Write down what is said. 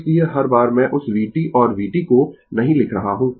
इसलिए हर बार मैं उस vt और vt को नहीं लिख रहा हूं